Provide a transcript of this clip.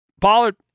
Pollard